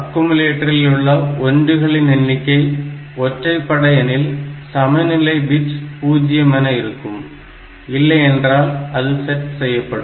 அக்குமுலேட்டரிலுள்ள ஒன்றுகளின் எண்ணிக்கை ஒற்றை படை எனில் சமநிலை பிட் பூஜ்ஜியம் என இருக்கும் இல்லையென்றால் அது செட் செய்யப்படும்